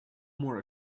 more